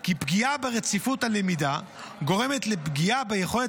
כי פגיעה ברציפות הלמידה גורמת לפגיעה ביכולת